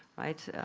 right.